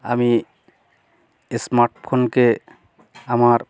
আমি স্মার্ট ফোনকে আমার